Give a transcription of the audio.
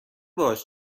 باش